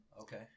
Okay